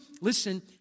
listen